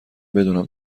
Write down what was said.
بدونم